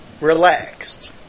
Relaxed